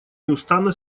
неустанно